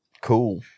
Cool